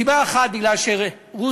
סיבה אחת, רוסיה,